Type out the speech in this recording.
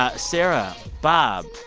ah sarah, bob,